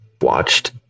watched